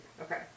Okay